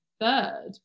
third